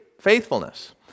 faithfulness